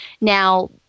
Now